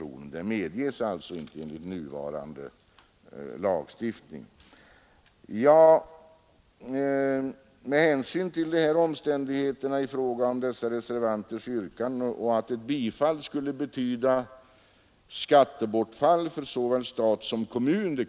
Sådana här avdrag medges alltså inte enligt nuvarande lagstiftning. Ett bifall till reservanternas yrkanden skulle betyda skattebortfall för såväl stat som kommun.